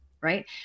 Right